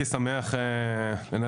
שרובן הגדול הן יחסית חלשות מבחינה